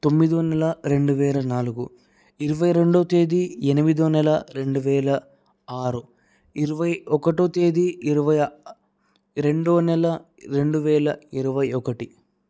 తొమ్మిదో నెల రెండువేల నాలుగు ఇరవై రెండొవ తేదీ ఎనిమిదో నెల రెండువేల ఆరు ఇరవై ఒకటో తేదీ ఇరువై రెండో నెల రెండువేల ఇరువై ఒకటి